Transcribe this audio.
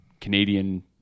Canadian